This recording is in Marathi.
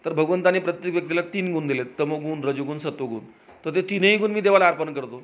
तर भगवंताने प्रत्येक व्यक्तीला तीन गुण दिलेत तमोगुण रजोगुण सत्वगुण तर ते तीनही गुण मी देवाला अर्पण करतो